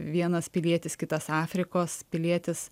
vienas pilietis kitas afrikos pilietis